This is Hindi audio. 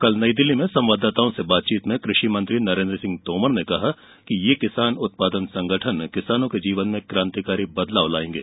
कल नई दिल्ली में संवाददाताओं से बातचीत में कृषि मंत्री नरेन्द्र सिंह तोमर ने कहा कि ये किसान उत्पादन संगठन किसानों के जीवन में क्रान्तिकारी बदलाव लायेंगे